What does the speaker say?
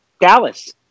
Dallas